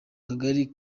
kagari